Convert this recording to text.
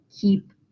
keep